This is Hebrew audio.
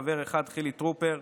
חבר אחד: חילי טרופר,